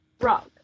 rock